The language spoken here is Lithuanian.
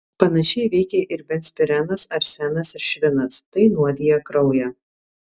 panašiai veikia ir benzpirenas arsenas ir švinas tai nuodija kraują